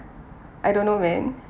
I don't know man